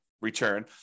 return